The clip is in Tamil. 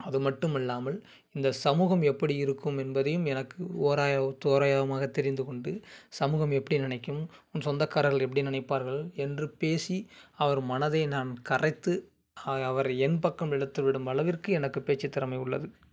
அது மட்டும் இல்லாமல் இந்த சமூகம் எப்படி இருக்கும் என்பதையும் எனக்கு ஓராய தோராயமாக தெரிந்து கொண்டு சமூகம் எப்படி நினைக்கும் உன் சொந்தக்காரர்கள் எப்படி நினைப்பார்கள் என்று பேசி அவர் மனதை நான் கரைத்து அவர் என் பக்கம் இழுத்து விடும் அளவிற்கு எனக்கு பேச்சு திறமை உள்ளது